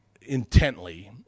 intently